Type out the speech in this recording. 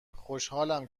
خوشحالم